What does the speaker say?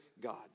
God